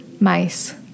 Mice